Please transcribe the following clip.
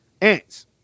ants